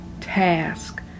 task